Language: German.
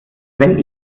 wenn